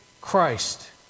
Christ